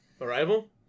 Arrival